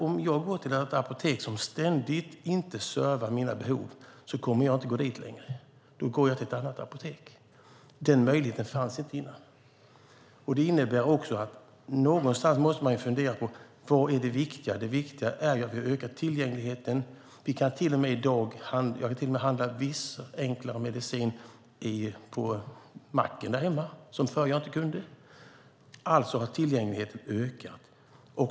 Om jag går till ett apotek som gång på gång inte servar mina behov kommer jag inte att gå dit längre, utan då går jag till ett annat apotek. Den möjligheten fanns inte innan. Vad är det viktiga? Jo, det är att öka tillgängligheten. I dag kan jag till och med handla viss enklare medicin på macken där hemma, vilket jag inte kunde förr. Alltså har tillgängligheten ökat.